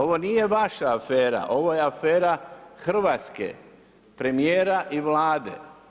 Ovo nije vaša afera, ovo je afera Hrvatske, premijera i Vlade.